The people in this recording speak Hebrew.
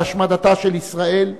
בהשמדתה של ישראל,